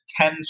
ten